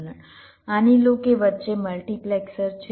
માની લો કે વચ્ચે મલ્ટિપ્લેક્સર છે